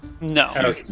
no